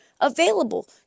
available